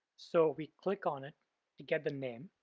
so we click on it to get the name,